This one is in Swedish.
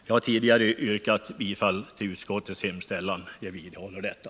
Jag har tidigare yrkat bifall till utskottets hemställan, och jag vidhåller detta.